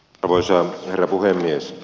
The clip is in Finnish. arvoisa herra puhemies